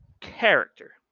character